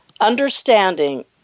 understanding